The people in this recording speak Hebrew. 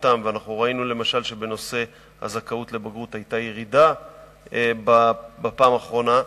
ואנחנו ראינו למשל שבנושא הזכאות לבגרות היתה ירידה בפעם האחרונה,